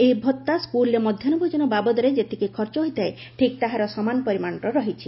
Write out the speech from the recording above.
ସେହି ଭଉା ସ୍କୁଲରେ ମଧ୍ୟାହୁ ଭୋଜନ ବାବଦରେ ଯେତିକି ଖର୍ଚ୍ଚ ହୋଇଥାଏ ଠିକ୍ ତାହାର ସମାନ ପରିମାଣର ରହିଛି